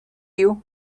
you